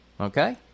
okay